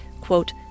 quote